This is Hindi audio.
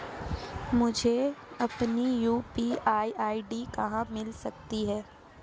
मुझे अपनी यू.पी.आई आई.डी कहां मिल सकती है?